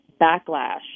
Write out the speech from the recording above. backlash